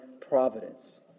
providence